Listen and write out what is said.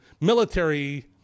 military